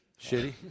Shitty